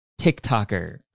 TikToker